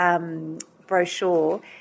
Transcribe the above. brochure